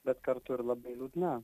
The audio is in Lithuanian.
bet kartu ir labai liūdna